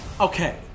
Okay